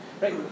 Right